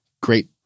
great